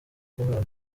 guhabwa